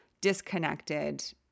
disconnected